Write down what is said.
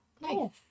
nice